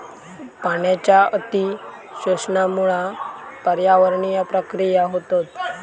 पाण्याच्या अती शोषणामुळा पर्यावरणीय प्रक्रिया होतत